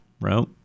right